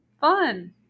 Fun